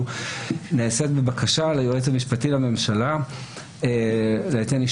נעשית בבקשה ליועץ המשפטי לממשלה לאישור.